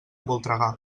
voltregà